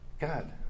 God